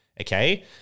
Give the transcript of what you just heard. Okay